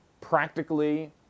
practically